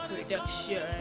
production